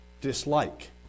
dislike